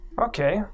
Okay